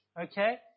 okay